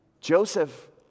Joseph